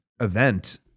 event